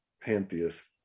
pantheist